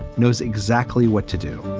knows exactly what to do